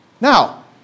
Now